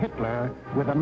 hitler with